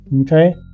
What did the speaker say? okay